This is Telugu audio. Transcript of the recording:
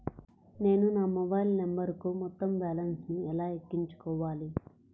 నేను నా మొబైల్ నంబరుకు మొత్తం బాలన్స్ ను ఎలా ఎక్కించుకోవాలి?